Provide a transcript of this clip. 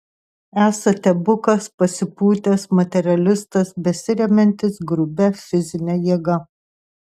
esate bukas pasipūtęs materialistas besiremiantis grubia fizine jėga